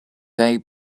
kaj